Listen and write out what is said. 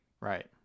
Right